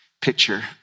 picture